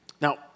Now